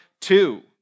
two